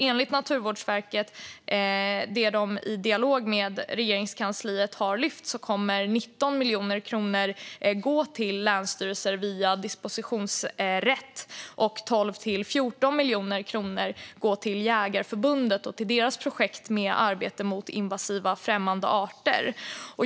Enligt vad Naturvårdsverket har lyft fram i dialog med Regeringskansliet kommer 19 miljoner kronor att gå till länsstyrelser via dispositionsrätt och 12-14 miljoner kronor till Jägareförbundet och till deras projekt med arbete mot invasiva främmande arter.